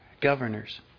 governors